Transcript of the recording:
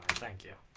thank you